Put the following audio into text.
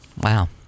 Wow